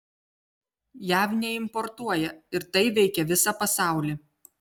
jav neimportuoja ir tai veikia visą pasaulį